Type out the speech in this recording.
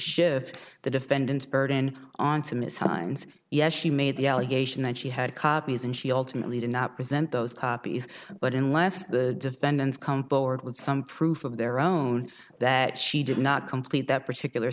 shift the defendant's burden onto ms hines yes she made the allegation that she had copies and she ultimately did not present those copies but unless the defendants come forward with some proof of their own that she did not complete that particular